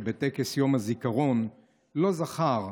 שבטקס יום הזיכרון "לא זכר"